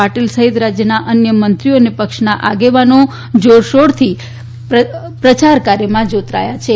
પાટીલ સહિત રાજયના અન્ય મંત્રીઓ અને પક્ષના આગેવાનોને જોરશોરથી પ્રચાર કાર્યમં જોતરાયા છે